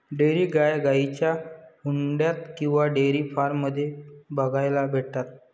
dairy गाई गाईंच्या झुन्डात किंवा डेयरी फार्म मध्ये बघायला भेटतात